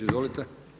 Izvolite.